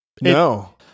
No